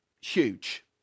huge